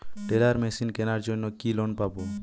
Teller machine কেনার জন্য কি লোন পাব?